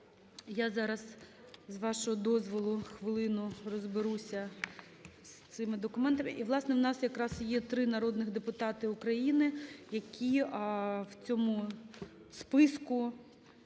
Я зараз, з вашого дозволу, хвилину розберуся з цими документами. І, власне, у нас якраз є три народних депутати України, які в цьому списку